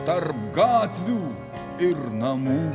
dar gatvių ir namų